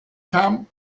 camp